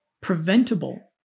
preventable